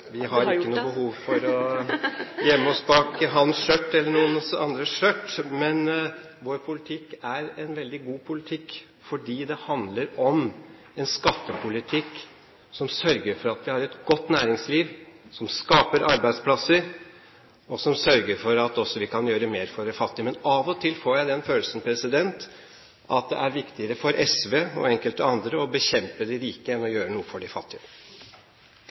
ikke noe behov for å gjemme oss bak hans eller noen andres skjørt. Men vår politikk er en veldig god politikk fordi det handler om en skattepolitikk som sørger for at vi har et godt næringsliv, som skaper arbeidsplasser, og som sørger for at vi også kan gjøre mer for de fattige. Men av og til får jeg den følelsen at det er viktigere for SV og enkelte andre å bekjempe de rike enn å gjøre noe for de fattige.